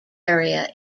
area